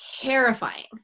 terrifying